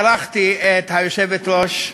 הערכתי את היושבת-ראש,